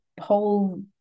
whole